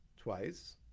twice